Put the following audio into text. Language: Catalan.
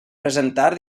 presentar